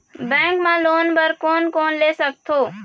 Bank मा loan बर कोन कोन ले सकथों?